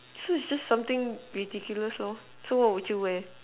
so it's just something ridiculous lor so what would you wear